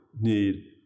need